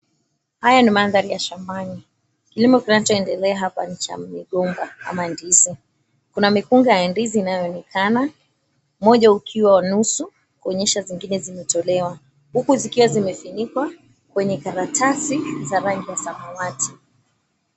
Haya ni mandhari ya shambani. Kilimo kinachoendelea hapa ni cha migomba ama ndizi. Kuna mikunga ya ndizi inayoonekana. Moja ukiwa nusu, kuonyesha zingine zimetolewa, huku zikiwa zimefunikwa kwenye karatasi za rangi ya samawati.